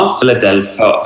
Philadelphia